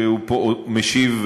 שהוא משיב,